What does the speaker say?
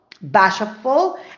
bashful